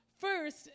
First